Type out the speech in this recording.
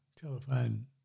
Telephone